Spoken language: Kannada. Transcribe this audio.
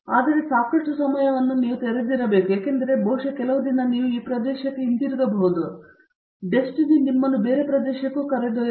ಆದರೆ ನೀವು ಸಾಕಷ್ಟು ಸಮಯವನ್ನು ತೆರೆದಿರಬೇಕು ಏಕೆಂದರೆ ಬಹುಶಃ ಕೆಲವು ದಿನ ನೀವು ಈ ಪ್ರದೇಶಕ್ಕೆ ಹಿಂತಿರುಗಬಹುದು ಅಥವಾ ಬಹುಶಃ ಡೆಸ್ಟಿನಿ ನಿಮ್ಮನ್ನು ಬೇರೆ ಪ್ರದೇಶಕ್ಕೆ ಕರೆದೊಯ್ಯುತ್ತದೆ